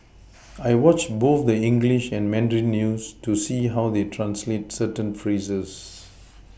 I watch both the English and Mandarin news to see how they translate certain phrases